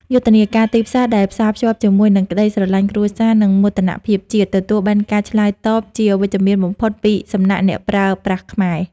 យុទ្ធនាការទីផ្សារដែលផ្សារភ្ជាប់ជាមួយនឹងក្តីស្រឡាញ់គ្រួសារ និងមោទនភាពជាតិ ទទួលបានការឆ្លើយតបជាវិជ្ជមានបំផុតពីសំណាក់អ្នកប្រើប្រាស់ខ្មែរ។